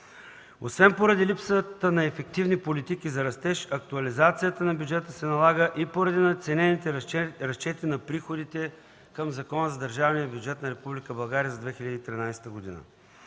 Освен поради липсата на ефективни политики за растеж актуализация на бюджета се налага и поради надценените разчети на приходите към Закона за държавния бюджет на Република